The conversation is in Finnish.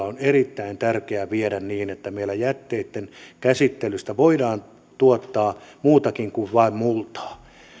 on erittäin tärkeää viedä niin että meillä jätteitten käsittelystä voidaan tuottaa muutakin kuin vain multaa